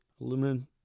aluminum